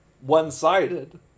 one-sided